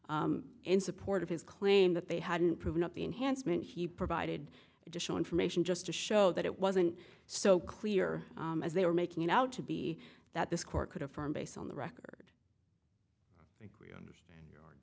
in support of his claim that they hadn't proven up the enhancement he provided additional information just to show that it wasn't so clear as they were making it out to be that this court could affirm based on the